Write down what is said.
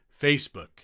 Facebook